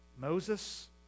Moses